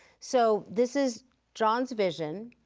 so this is john's vision,